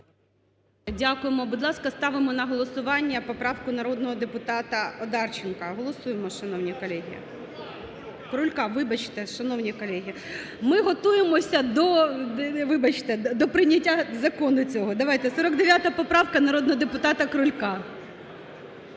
Дякуємо. Будь ласка, ставимо на голосування поправку народного депутата Одарченка, голосуємо шановні колеги. (Шум у залі) Крулька, вибачте, шановні колеги. Ми готуємося до, вибачте, до прийняття закону цього. Давайте, 49 поправка народного депутата Крулька.